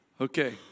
Okay